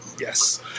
Yes